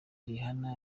rihanna